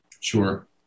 Sure